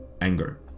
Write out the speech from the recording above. anger